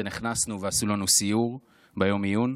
כשנכנסנו ועשו לנו סיור ביום העיון,